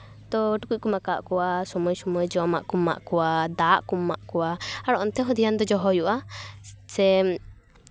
ᱴᱩᱠᱩᱡ ᱠᱚᱢ ᱟᱠᱟᱣᱟᱜ ᱠᱚᱣᱟ ᱥᱚᱢᱚᱭ ᱥᱚᱢᱚᱭ ᱡᱚᱢᱟᱜ ᱠᱚᱢ ᱮᱢᱟᱜ ᱠᱚᱣᱟ ᱫᱟᱜ ᱠᱚᱢ ᱮᱢᱟᱜ ᱠᱚᱣᱟ ᱟᱨ ᱚᱱᱛᱮ ᱦᱚᱸ ᱫᱷᱮᱭᱟᱱ ᱫᱚ ᱦᱚᱦᱚ ᱦᱩᱭᱩᱜᱼᱟ ᱥᱮ